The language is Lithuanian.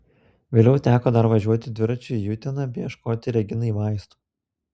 vėliau teko dar važiuoti dviračiu į uteną ieškoti reginai vaistų